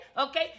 Okay